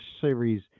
series